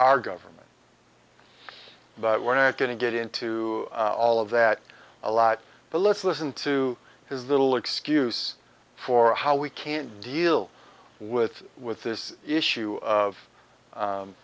our government but we're not going to get into all of that a lot but let's listen to his little excuse for how we can deal with with this issue